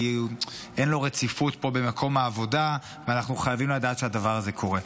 כי אין לו רציפות פה במקום העבודה ואנחנו חייבים לדעת שהדבר הזה קורה.